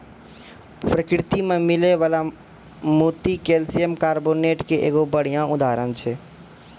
परकिरति में मिलै वला मोती कैलसियम कारबोनेट के एगो बढ़िया उदाहरण छै